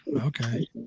Okay